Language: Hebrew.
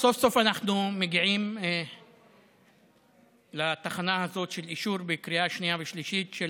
סוף-סוף אנחנו מגיעים לתחנה הזאת של אישור בקריאה שנייה ושלישית של